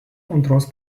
antros